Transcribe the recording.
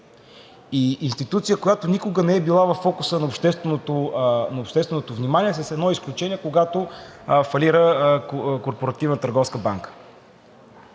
и институция, която никога не е била във фокуса на общественото внимание, с едно изключение, когато фалира Корпоративна търговска банка.